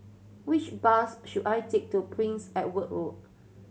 which bus should I take to Prince Edward Road